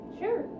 Sure